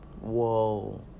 Whoa